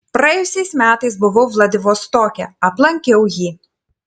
praėjusiais metais buvau vladivostoke aplankiau jį